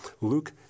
Luke